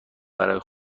برا